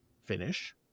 finish